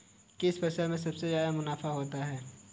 किस फसल में सबसे जादा मुनाफा होता है?